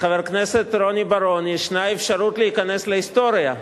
לחבר הכנסת רוני בר-און יש אפשרות להיכנס להיסטוריה,